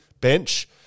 bench